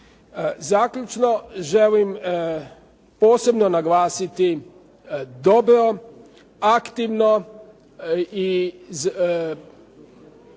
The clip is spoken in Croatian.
Zaključno, želim posebno naglasiti dobro, aktivno i poticajno